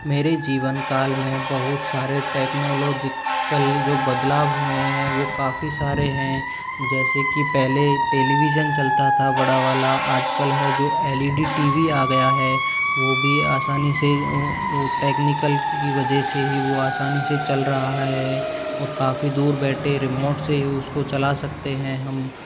मेरे जीवन काल में बहुत सारे टेक्नोलॉलिकल जो बदलाव हुए हैं वो काफ़ी सारे हैं जैसे कि पहले टेलीविजन चलता था बड़ा वाला आजकल है जो L E D T V आ गया है वो भी आसानी से टेक्निकल की वजह से ही वो आसानी से चल रहा है और काफ़ी दूर बैठे रिमोट से ही उसको चला सकते हैं हम